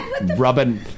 rubbing